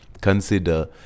consider